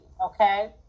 Okay